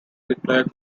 declared